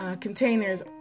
containers